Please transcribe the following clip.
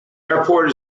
airport